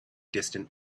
distant